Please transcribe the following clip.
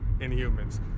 Inhumans